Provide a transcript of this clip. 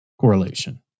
correlation